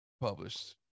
published